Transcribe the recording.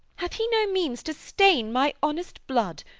hath he no means to stain my honest blood,